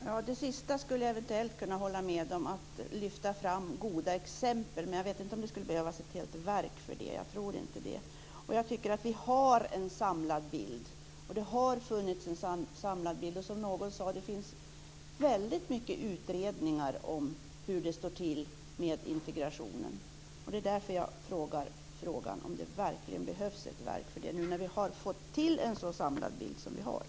Fru talman! Jag skulle eventuellt kunna hålla med om det sista om att lyfta fram goda exempel, men jag tror inte att det skulle behövas ett helt verk för det. Jag tycker att vi har haft och har en samlad bild. Som någon sade finns det väldigt mycket av utredningar om hur det står till med integrationen. När vi nu har fått en så samlad bild undrar jag om det verkligen behövs ett verk.